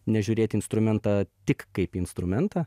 nežiūrėt į instrumentą tik kaip į instrumentą